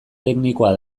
teknikoa